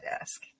ask